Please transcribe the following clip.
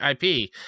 IP